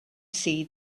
see